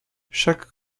chaque